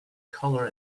color